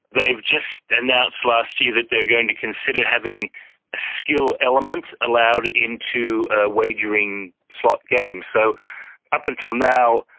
they've just announced last year that they are going to consider having a skill element allowed into ah wagering slot games. so up until now,